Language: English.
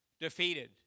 defeated